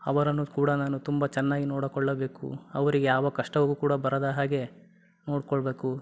ಅವರನ್ನು ಕೂಡ ನಾನು ತುಂಬ ಚೆನ್ನಾಗಿ ನೋಡಿಕೊಳ್ಳಬೇಕು ಅವರಿಗೆ ಯಾವ ಕಷ್ಟವೂ ಕೂಡ ಬರದ ಹಾಗೆ ನೋಡ್ಕೊಳ್ಬೇಕು